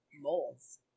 moles